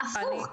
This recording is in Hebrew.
הפוך,